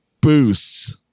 boosts